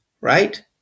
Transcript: right